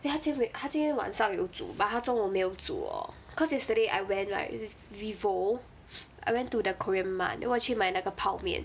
then 她今天她今天晚上有煮 but 她中午没有煮 lor cause yesterday I went like vivo I went to the korean mart then 我去买那个泡面